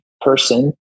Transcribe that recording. Person